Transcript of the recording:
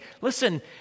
listen